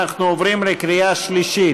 אנחנו עוברים לקריאה שלישית.